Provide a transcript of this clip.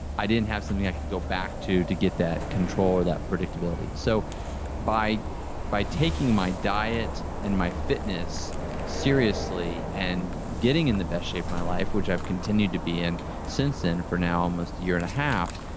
i didn't have something i could go back to to get that control or that predictability. so by by taking my diet and my fitness seriously and getting in the best shape of my life, which i have continued to be and since then, for now almost a year and a half,